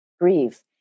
grieve